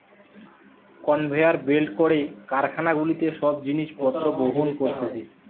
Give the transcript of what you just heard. conveyor বেল্টে করে কারখানা গুলাতে সব জিনিস পত্র বহন করতিছে